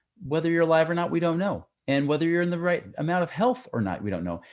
whether you're alive or not, we don't know. and whether you're in the right amount of health or not, we don't know.